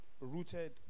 rooted